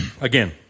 again